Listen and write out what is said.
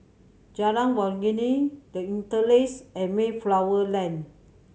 Jalan Waringin The Interlace and Mayflower Lane